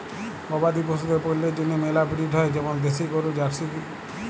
গবাদি পশুদের পল্যের জন্হে মেলা ব্রিড হ্য় যেমল দেশি গরু, জার্সি ইত্যাদি